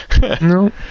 no